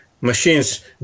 machines